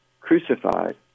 crucified